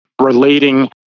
relating